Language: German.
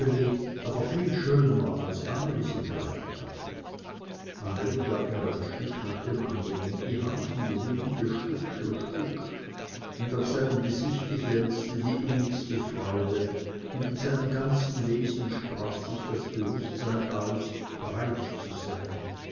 aber viel schöner als anneli sie bereitet hatte anneli gab mir ein stück nach dem andern in die hand und rühmte stück für stück und auf seinem gesichte glänzte die innigste freude und in seinem ganzen wesen sprach sich das bewußtsein aus reich zu sein